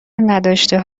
نداشته